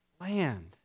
land